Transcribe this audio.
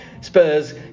Spurs